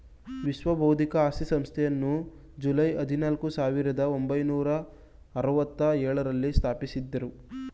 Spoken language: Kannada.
ವಿಶ್ವ ಬೌದ್ಧಿಕ ಆಸ್ತಿ ಸಂಸ್ಥೆಯನ್ನು ಜುಲೈ ಹದಿನಾಲ್ಕು, ಸಾವಿರದ ಒಂಬೈನೂರ ಅರವತ್ತ ಎಳುರಲ್ಲಿ ಸ್ಥಾಪಿಸಿದ್ದರು